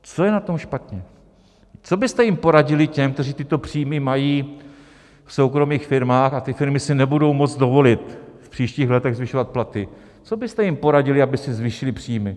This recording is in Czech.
Co byste jim poradili, těm, kteří tyto příjmy mají v soukromých firmách, a ty firmy si nebudou moci dovolit v příštích letech zvyšovat platy, co byste jim poradili, aby si zvýšili příjmy?